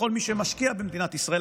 לכל מי שמשקיע במדינת ישראל,